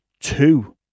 two